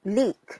leak